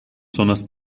zonas